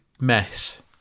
mess